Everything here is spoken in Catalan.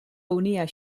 unia